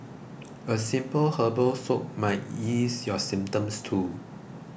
a simple herbal soak may ease your symptoms too